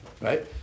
Right